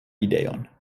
ideon